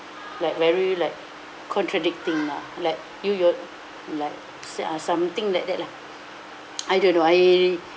like very like contradicting lah I'm like you your like say uh something like that lah I don't know I